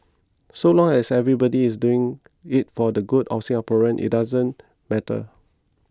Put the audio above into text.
so long as everybody is doing it for the good of Singaporean it doesn't matter